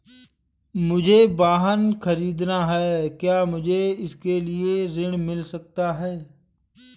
मुझे वाहन ख़रीदना है क्या मुझे इसके लिए ऋण मिल सकता है?